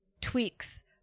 tweaks